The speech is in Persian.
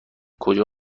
کجا